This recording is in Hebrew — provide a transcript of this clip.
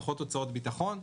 פחות הוצאות ביטחון,